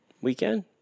weekend